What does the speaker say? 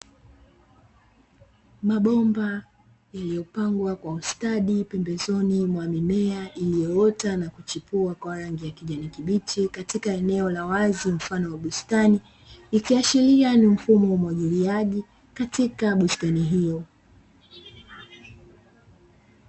Mabomba yaliyopangwa kwa ustadi pembezoni mwa mimea iliyoota na kuchipua kwa rangi ya kijani kibichi, katika eneo la wazi mfano wa bustani, ikiashiria ni mfumo wa umwagiliaji katika bustani hiyo.